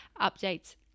updates